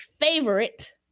favorite